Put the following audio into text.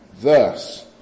Thus